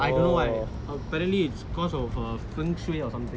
I don't know why apparently it's because of a feng shui or something